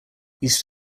east